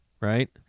right